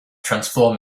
transform